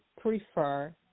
prefer